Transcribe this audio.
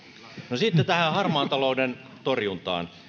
sitten tähän harmaan talouden torjuntaan